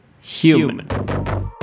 HUMAN